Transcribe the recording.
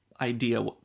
idea